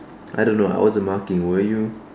I don't know I wasn't marking were you